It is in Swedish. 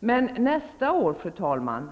engångskaraktär. Men vad händer nästa år, fru talman?